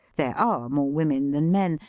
there are more women than men,